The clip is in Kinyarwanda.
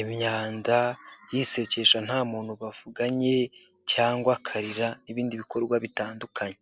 imyanda, yisekesha nta muntu bavuganye cyangwa akarira n'ibindi bikorwa bitandukanye.